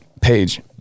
page